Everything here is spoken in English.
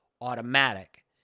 automatic